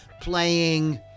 playing